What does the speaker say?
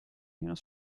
ihres